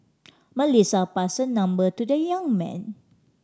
Melissa passed her number to the young man